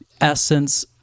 essence